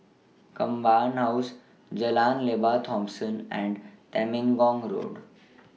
Command House Jalan Lembah Thomson and Temenggong Road